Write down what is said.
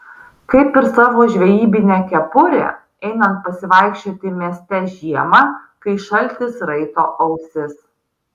kaip ir savo žvejybinę kepurę einant pasivaikščioti mieste žiemą kai šaltis raito ausis